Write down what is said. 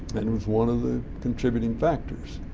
and it's one of the contributing factors.